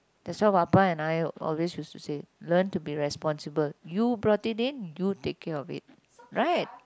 that's why papa and I always use to say learn to be responsible you brought it in you take care of it right